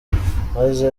maze